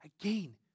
Again